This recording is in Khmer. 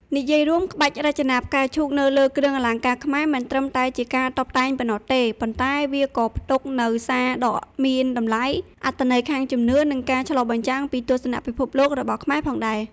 និយាយរួម ក្បាច់រចនាផ្កាឈូកនៅលើគ្រឿងអលង្ការខ្មែរមិនត្រឹមតែជាការតុបតែងប៉ុណ្ណោះទេ ប៉ុន្តែវាក៏ផ្ទុកនូវសារដ៏មានតម្លៃ អត្ថន័យខាងជំនឿ និងការឆ្លុះបញ្ចាំងពីទស្សនៈពិភពលោករបស់ខ្មែរផងដែរ។